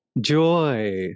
joy